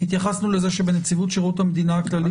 התייחסנו לזה שבנציבות שירות המדינה הכללים